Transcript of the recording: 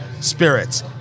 Spirits